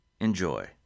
Enjoy